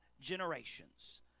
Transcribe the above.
generations